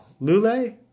Lule